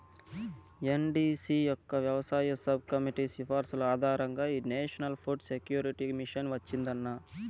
NDC యొక్క వ్యవసాయ sub committee సిఫార్సుల ఆధారంగా ఈ నేషనల్ ఫుడ్ సెక్యూరిటీ మిషన్ వచ్చిందన్న